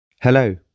Hello